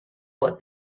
what